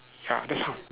ya that's h~